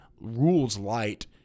rules-light